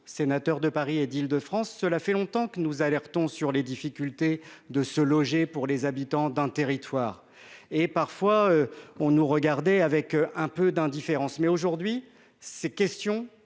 sénateurs de Paris et d'Île-de-France, cela fait longtemps que nous alertons sur les difficultés de se loger, pour les habitants d'un territoire et parfois on nous regarder avec un peu d'indifférence mais aujourd'hui ces questions